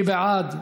מי בעד?